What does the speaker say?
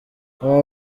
aba